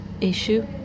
issue